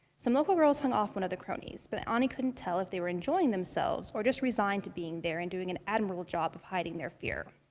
some local girls hung off one of the cronies, but anie couldn't tell if they were enjoying themselves or just resigned to being there and doing an admirable job of hiding their fear.